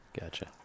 Gotcha